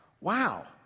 wow